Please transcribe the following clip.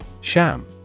Sham